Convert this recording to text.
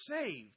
saved